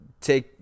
take